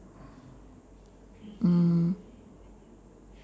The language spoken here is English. mm